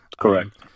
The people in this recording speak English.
Correct